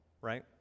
Right